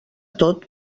tot